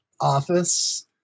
office